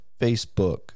Facebook